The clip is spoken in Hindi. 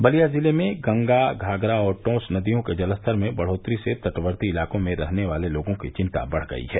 बलिया जिले में गंगा घाघरा और दौंस नदियों के जलस्तर में बढ़ोत्तरी से तटवर्ती इलाको में रहने वालों लोगों की चिंता बढ़ गयी है